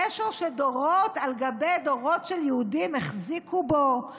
קשר שדורות על גבי דורות של יהודים החזיקו בו?